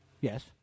Yes